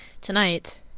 tonight